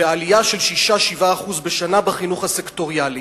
ועלייה של 6% 7% בשנה בחינוך הסקטוריאלי.